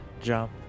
jump